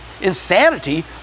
insanity